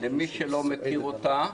למי שלא מכיר אותה,